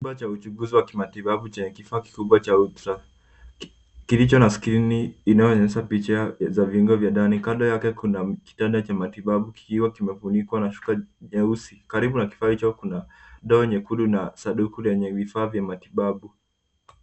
Chumba cha uchunguzi wa kimatibabu chenye kifaa kikubwa cha ultra... kilicho na skrini inayoonyesha picha za viungo vya ndani. Kando yake kuna kitanda cha matibabu kikiwa kimefunikwa na shuka nyeusi. Karibu na kifaa hicho kuna ndoo nyekundu na sanduku lenye vifaa vya matibabu.